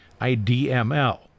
IDML